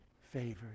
favored